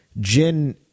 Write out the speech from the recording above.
Jin